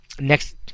Next